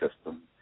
system